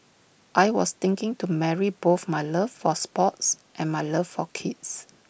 I was thinking to marry both my love for sports and my love for kids